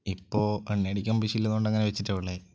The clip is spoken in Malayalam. ഇപ്പോള് എണ്ണയടിക്കാൻ പൈസയില്ലാത്തതുകൊണ്ട് അങ്ങനെ വെച്ചിട്ടാണുള്ളത്